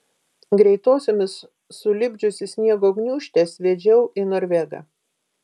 greitosiomis sulipdžiusi sniego gniūžtę sviedžiau į norvegą